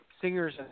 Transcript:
singers